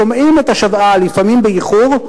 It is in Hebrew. שומעים את השוועה לפעמים באיחור,